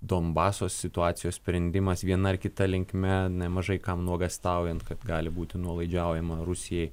donbaso situacijos sprendimas viena ar kita linkme nemažai kam nuogąstaujant kad gali būti nuolaidžiaujama rusijai